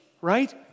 right